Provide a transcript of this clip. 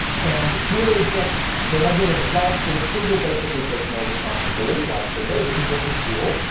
and here is just the regular results for which google basically takes no responsibility. why should they? this is just a tool.